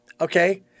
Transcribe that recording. okay